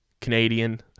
Canadian